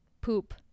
poop